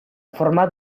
forma